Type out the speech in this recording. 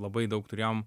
labai daug turėjom